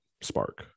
spark